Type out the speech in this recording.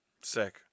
sick